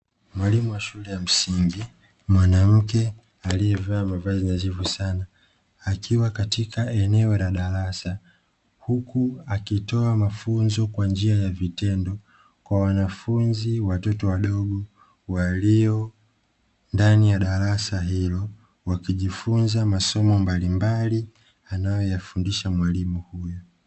Mwalimu wa shule ya msingi mwanamke aliyevaa mavazi nadhifu sana, akiwa katika eneo la darasa huku akitoa mafunzo kwa njia ya vitendo kwa wanafunzi watoto wadogo walio ndani ya darasa hilo, wakijifunza masomo mbalimbali anayoyafundisha mwalimu huyo.